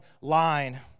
line